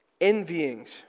envyings